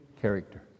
Character